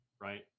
right